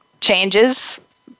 changes